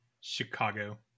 Chicago